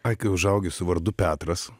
ai kai užaugi suvardu petras